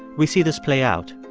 we see this play out.